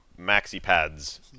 maxi-pads